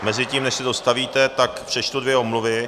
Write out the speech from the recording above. Mezitím, než se dostavíte, přečtu dvě omluvy.